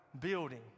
building